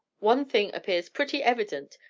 one thing appears pretty evident,